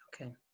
okay